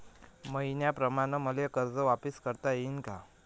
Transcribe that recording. मईन्याप्रमाणं मले कर्ज वापिस करता येईन का?